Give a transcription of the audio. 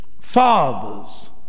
Fathers